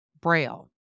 Braille